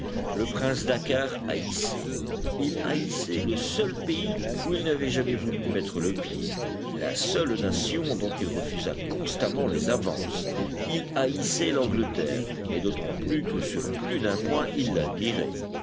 le prince dakkar haïssait il haïssait le seul pays où il n'avait jamais voulu mettre le pied la seule nation dont il refusa constamment les avances il haïssait l'angleterre et d'autant plus que sur plus d'un point il l'admirait